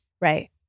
Right